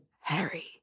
Harry